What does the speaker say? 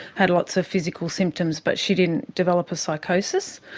had lots of physical symptoms, but she didn't develop a psychosis.